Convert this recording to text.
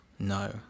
No